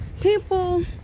people